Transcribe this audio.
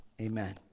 amen